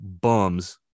bums